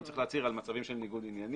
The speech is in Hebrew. הוא צריך להצהיר על מצבים של ניגוד עניינים.